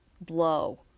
blow